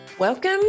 Welcome